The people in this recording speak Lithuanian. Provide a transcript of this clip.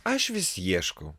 aš vis ieškau